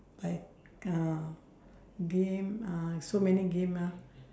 like uh game uh so many game ah